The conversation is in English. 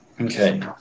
Okay